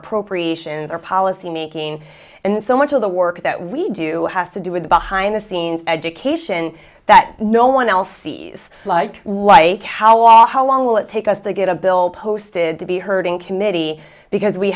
appropriations or policymaking and so much of the work that we do has to do with the behind the scenes education that no one else sees blood like how all how long will it take us to get a bill posted to be heard in committee because we